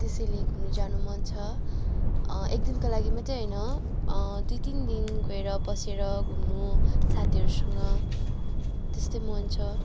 त्यसैले घुम्नु जानु मन छ एक दिनका लागि मात्रै होइन दुई तिन दिन गएर बसेर घुम्नु साथीहरूसँग त्यस्तै मन छ